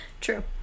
True